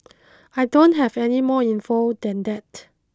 I don't have any more info than that